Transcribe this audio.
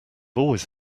always